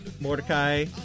Mordecai